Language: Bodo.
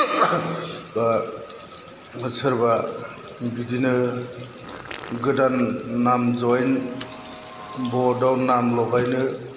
सोरबा बिदिनो गोदान नाम जइन भट आव नाम लगायनो